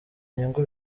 nyungu